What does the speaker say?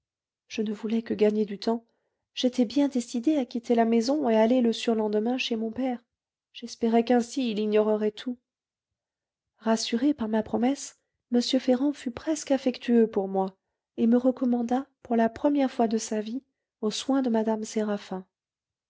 je ne voulais que gagner du temps j'étais bien décidée à quitter la maison et aller le surlendemain chez mon père j'espérais qu'ainsi il ignorerait tout rassuré par ma promesse m ferrand fut presque affectueux pour moi et me recommanda pour la première fois de sa vie aux soins de mme séraphin